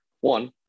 One